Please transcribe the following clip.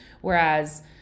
Whereas